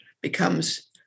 becomes